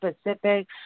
specific